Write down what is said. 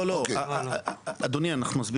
לא, אדוני, אנחנו נסביר.